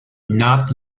not